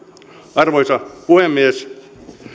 arvoisa puhemies